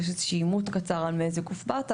יש איזה שהוא אימות קצר על מאיזה גוף באת,